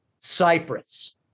Cyprus